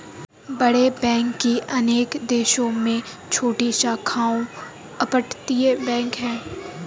बड़े बैंक की अनेक देशों में छोटी शाखाओं अपतटीय बैंक है